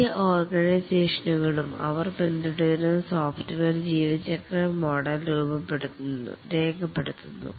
മിക്ക ഓർഗനൈസഷനുകളും അവർ പിന്തുടരുന്ന സോഫ്റ്റ്വെയർ ജീവിതചക്രം മോഡൽ രേഖപ്പെടുത്തുന്നു